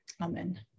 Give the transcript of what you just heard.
Amen